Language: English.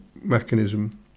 mechanism